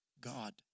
God